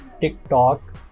TikTok